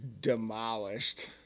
demolished